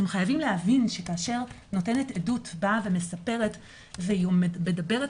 אתם חייבים להבין שכאשר נותנת עדות באה ומספרת והיא מדברת